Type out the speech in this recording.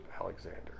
Alexander